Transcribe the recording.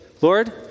Lord